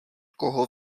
koho